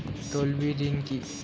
তলবি ঋন কি?